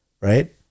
right